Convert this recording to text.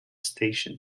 station